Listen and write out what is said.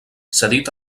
cedit